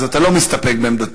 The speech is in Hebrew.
אז אתה לא מסתפק בעמדתו.